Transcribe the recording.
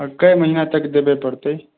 आओर कए महिना तक देबे पड़तै